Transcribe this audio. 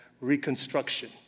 reconstruction